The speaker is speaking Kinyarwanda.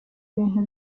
ibintu